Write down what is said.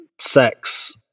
sex